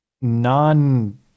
non